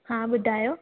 हा ॿुधायो